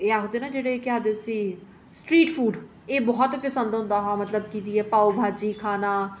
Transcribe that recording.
एह् आखदे ना जेह्ड़े केह् आखदे उसी स्ट्रीट फूड एह् बहुत पसंद होंदा हा मतलब की जि'यां पाव भाजी खाना